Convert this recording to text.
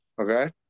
okay